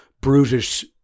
brutish